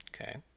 Okay